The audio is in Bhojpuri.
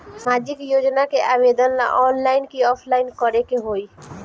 सामाजिक योजना के आवेदन ला ऑनलाइन कि ऑफलाइन करे के होई?